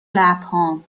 لبهام